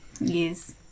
Yes